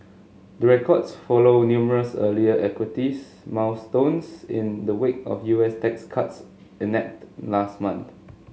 the records follow numerous earlier equities milestones in the wake of U S tax cuts enacted last month